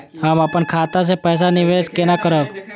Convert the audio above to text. हम अपन खाता से पैसा निवेश केना करब?